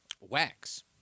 wax